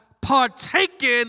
partaken